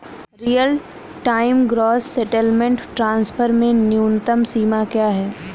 Real time gross settlement transfer में न्यूनतम सीमा क्या है?